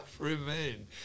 remain